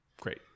great